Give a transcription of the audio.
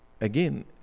Again